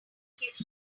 kiss